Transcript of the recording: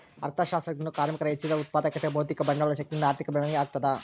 ಅರ್ಥಶಾಸ್ತ್ರಜ್ಞರು ಕಾರ್ಮಿಕರ ಹೆಚ್ಚಿದ ಉತ್ಪಾದಕತೆ ಭೌತಿಕ ಬಂಡವಾಳ ಶಕ್ತಿಯಿಂದ ಆರ್ಥಿಕ ಬೆಳವಣಿಗೆ ಆಗ್ತದ